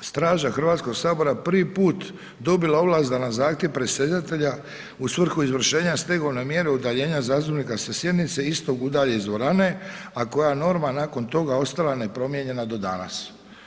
straža Hrvatskog sabora, prvi put dobila ovlast da na zahtjev predsjedatelja u svrhu izvršenja stegovne mjere udaljenja zastupnika sa sjednice, istog udalji iz dvorane a koja je norma nakon toga ostala nepromijenjena do danas.